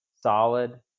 solid